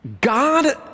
God